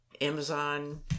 Amazon